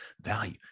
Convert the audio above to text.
value